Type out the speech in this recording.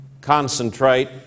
concentrate